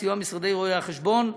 בסיוע משרדי רואי-החשבון,